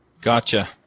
Gotcha